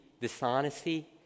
dishonesty